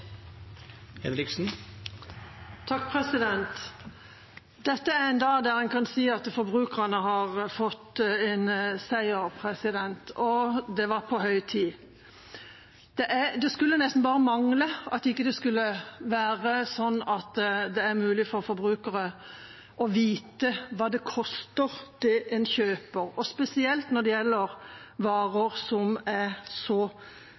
Dette er en dag da en kan si at forbrukerne har fått en seier. Og det var på høy tid. Det skulle nesten bare mangle at det ikke skulle være sånn at det er mulig for forbrukere å vite hva det koster, det en kjøper, og spesielt når det gjelder varer som er så